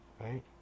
Right